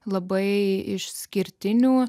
labai išskirtinių